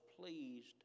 pleased